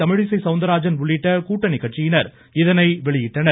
தமிழிசை சவுந்தராஜன் உள்ளிட்ட கூட்டணி கட்சியினர் இதனை வெளியிட்டனர்